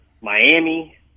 Miami